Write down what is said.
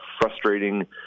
frustrating